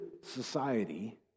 society